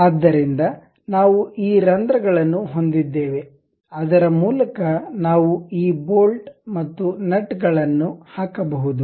ಆದ್ದರಿಂದ ನಾವು ಈ ರಂಧ್ರಗಳನ್ನು ಹೊಂದಿದ್ದೇವೆ ಅದರ ಮೂಲಕ ನಾವು ಈ ಬೋಲ್ಟ್ ಮತ್ತು ನಟ್ ಗಳನ್ನು ಹಾಕಬಹುದು